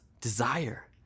desire